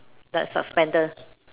that's suspender